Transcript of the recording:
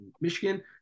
Michigan